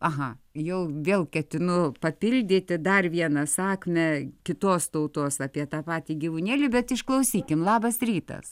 aha jau vėl ketinu papildyti dar vieną sakmę kitos tautos apie tą patį gyvūnėlį bet išklausykim labas rytas